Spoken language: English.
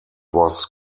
was